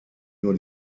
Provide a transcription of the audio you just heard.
nur